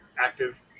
active